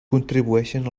contribueixen